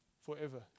Forever